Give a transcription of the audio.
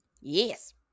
Yes